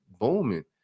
booming